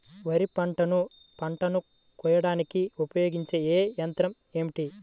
వరిపంటను పంటను కోయడానికి ఉపయోగించే ఏ యంత్రం ఏమిటి?